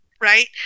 Right